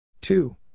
two